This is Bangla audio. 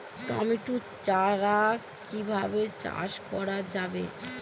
টমেটো চারা কিভাবে চাষ করা যাবে?